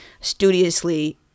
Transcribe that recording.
studiously